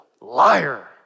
Liar